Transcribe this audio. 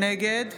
נגד